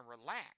relax